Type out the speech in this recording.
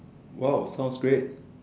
!wow! sounds great